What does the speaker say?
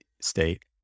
State